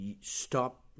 stop